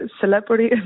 celebrity